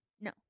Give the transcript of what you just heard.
No